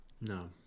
No